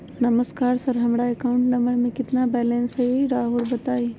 नमस्कार सर हमरा account number में कितना बैलेंस हेई राहुर बताई?